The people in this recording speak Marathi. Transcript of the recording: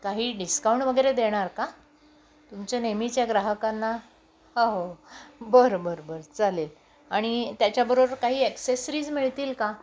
काही डिस्काऊंट वगैरे देणार का तुमच्या नेहमीच्या ग्राहकांना ह हो हो बरं बरं बरं चालेल अणि त्याच्याबरोबर काही ॲक्सेसरीज मिळतील का